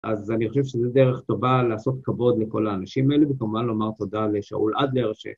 אז אני חושב שזה דרך טובה לעשות כבוד לכל האנשים האלה, וכמובן לומר תודה לשאול אדלר, ש...